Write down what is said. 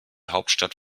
hauptstadt